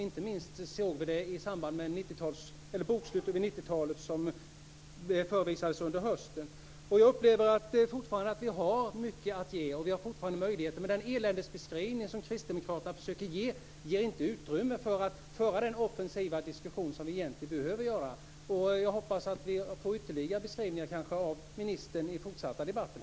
Inte minst såg vi det i samband med bokslutet för 90 talet, som vi tog upp under hösten. Jag upplever fortfarande att vi har mycket att ge och att vi har möjligheter. Kristdemokraternas eländesbeskrivning ger inte utrymme för att föra den offensiva diskussion som vi behöver föra. Jag hoppas att vi får ytterligare beskrivningar av ministern i den fortsatta debatten.